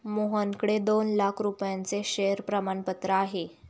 मोहनकडे दोन लाख रुपयांचे शेअर प्रमाणपत्र आहे